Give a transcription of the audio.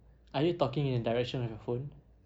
are you talking in the direction of your phone